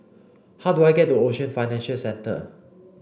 how do I get to Ocean Financial Centre